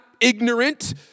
ignorant